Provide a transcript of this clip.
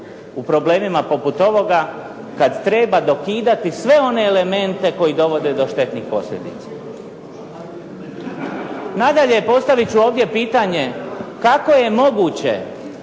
u problemima poput ovoga kad treba dokidati sve one elemente koji dovode do štetnih posljedica. Nadalje, postavit ću kako je moguće